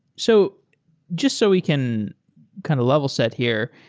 so just so we can kind of level set here,